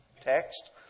text